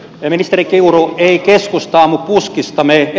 ministeri kiuru ei keskusta ammu puskista